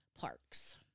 parks